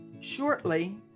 Shortly